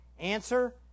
Answer